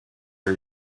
are